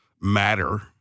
matter